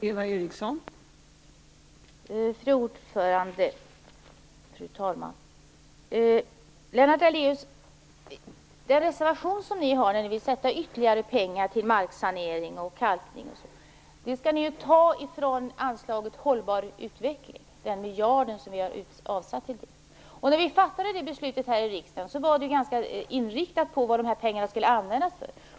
Fru talman! I den reservation som ni har, Lennart Daléus, står det att ni vill avsätta ytterligare pengar till marksanering och kalkning. Men den miljard som ni har avsatt till det skall ni ju ta från anslaget för hållbar utveckling. När vi fattade det beslutet här i riksdagen var det ganska inriktat på vad de här pengarna skulle användas till.